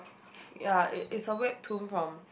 ya it it's a Webtoon from